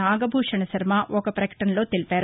నాగభూషణశర్మ ఓ పకటనలో తెలిపారు